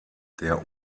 der